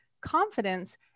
confidence